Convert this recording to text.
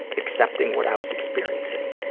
accepting what i was experiencing,